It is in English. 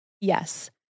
Yes